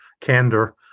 candor